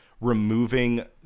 removing